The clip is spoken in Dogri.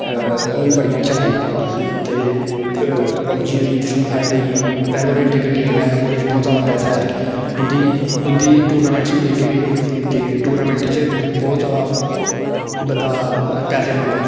हून बड़ियां चला दियां ते पबजी होई गेई फ्री फायर होई गेई वैलोरेंट इक गेम ऐ ओह्दे च बहुत जादा पैसा ऐ उंदी उंदी टूर्नामेंट्स होंदी अग्गें ते टूर्नामेंट च बहुत जादा बंदा पैसे लांदा